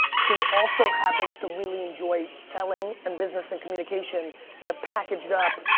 who also happens to really enjoy selling and business and communication and have packaged up.